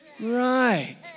Right